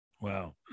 Wow